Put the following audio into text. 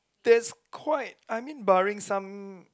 there's quite I mean barring some